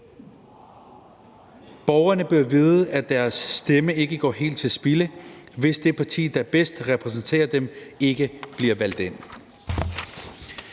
Borgerne bør vide, at deres stemme ikke går helt til spilde, hvis det parti, der bedst repræsenterer dem, ikke bliver valgt ind.